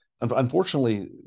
unfortunately